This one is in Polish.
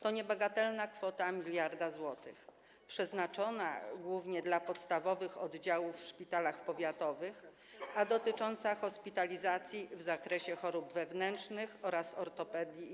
To niebagatelna kwota w wysokości miliarda złotych przeznaczona głównie dla podstawowych oddziałów w szpitalach powiatowych i dotycząca hospitalizacji w zakresie chorób wewnętrznych oraz ortopedii i